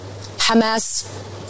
Hamas